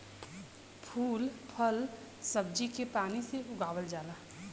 फूल फल सब्जी के पानी से उगावल जाला